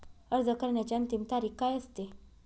अर्ज करण्याची अंतिम तारीख काय असते?